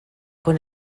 con